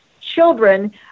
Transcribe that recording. children